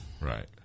Right